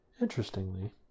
Interestingly